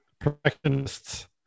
perfectionists